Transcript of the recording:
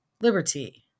Liberty